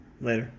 Later